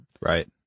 Right